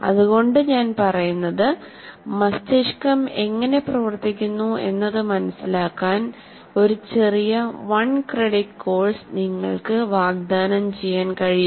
അതുകൊണ്ട് ഞാൻ പറയുന്നത് മസ്തിഷ്കം എങ്ങനെ പ്രവർത്തിക്കുന്നു എന്നത് മനസിലാക്കാൻ ഒരു ചെറിയ വൺ ക്രെഡിറ്റ് കോഴ്സ് നിങ്ങൾക്ക് വാഗ്ദാനം ചെയ്യാൻ കഴിയും